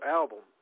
album